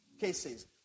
cases